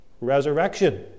resurrection